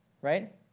right